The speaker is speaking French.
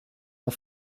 ont